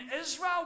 Israel